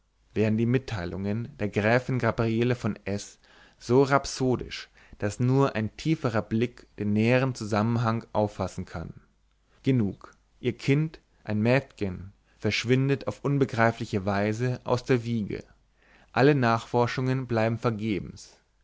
werden die mitteilungen der gräfin gabriele von s so rhapsodisch daß nur ein tieferer blick den näheren zusammenhang auffassen kann genug ihr kind ein mädgen verschwindet auf unbegreifliche weise aus der wiege alle nachforschungen bleiben vergebens